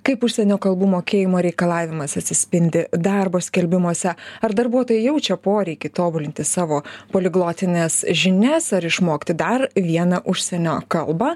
kaip užsienio kalbų mokėjimo reikalavimas atsispindi darbo skelbimuose ar darbuotojai jaučia poreikį tobulinti savo poliglotines žinias ar išmokti dar vieną užsienio kalbą